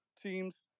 teams